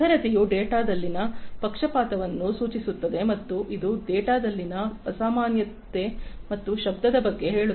ನಿಖರತೆಯು ಡೇಟಾದಲ್ಲಿನ ಪಕ್ಷಪಾತವನ್ನು ಸೂಚಿಸುತ್ತದೆ ಮತ್ತು ಇದು ಡೇಟಾದಲ್ಲಿನ ಅಸಾಮಾನ್ಯತೆ ಮತ್ತು ಶಬ್ದದ ಬಗ್ಗೆ ಹೇಳುತ್ತದೆ